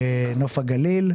חיפה, נוף הגליל.